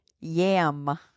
Yam